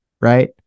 right